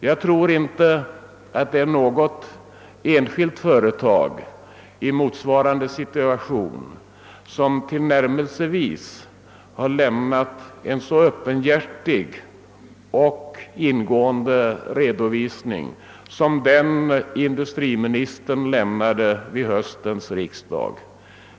Jag tror inte att det är något enskilt företag som i motsvarande situation tillnärmelsevis har lämnat en så öppenhjärtig och ingående redovisning som den industriministern lämnade vid höstens riksdag.